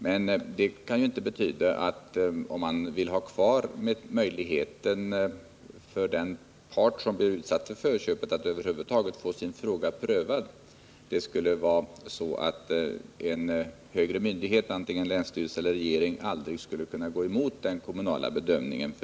Men det kan inte betyda, om man vill ha kvar möjligheterna för den part som blir utsatt för förköp att få frågan prövad, att länsstyrelse eller regering aldrig skall kunna gå emot den kommunala bedömningen.